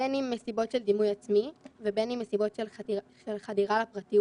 בין אם מסיבות של דימוי עצמי ובין אם מסיבות של חדירה לפרטיות